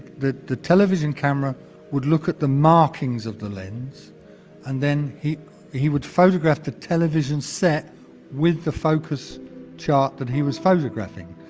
the the television camera would look at the markings of the lens and then he he would photograph the television set with the focus chart that he was photographing,